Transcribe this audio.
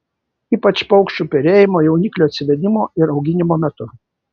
ypač paukščių perėjimo jauniklių atsivedimo ir auginimo metu